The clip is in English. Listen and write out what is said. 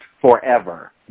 forever